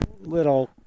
little